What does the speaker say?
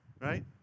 Right